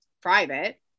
private